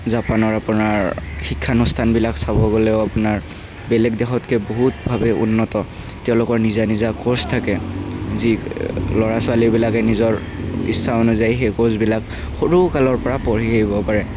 জাপানৰ আপোনাৰ শিক্ষানুষ্ঠানবিলাক চাব গ'লেও আপোনাৰ বেলেগ দেশতকৈ বহুতভাৱে উন্নত তেওঁলোকৰ নিজা নিজা কৰ্চ থাকে যি ল'ৰা ছোৱালীবিলাকে নিজৰ ইচ্ছা অনুযায়ী সেই কৰ্চবিলাক সৰু কালৰপৰা পঢ়ি আহিব পাৰে